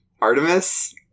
Artemis